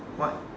what